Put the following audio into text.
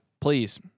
Please